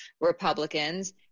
Republicans